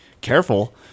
careful